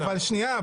שנייה,